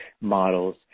models